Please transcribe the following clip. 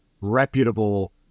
reputable